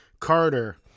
Carter